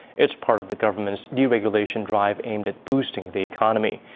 it's part of the government's deregulation drive aimed at boosting the economy.